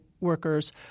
workers